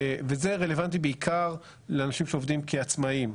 וזה רלוונטי בעיקר לאנשים שעובדים כעצמאיים.